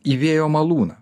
į vėjo malūną